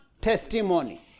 testimony